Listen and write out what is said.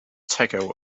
taco